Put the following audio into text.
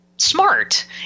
smart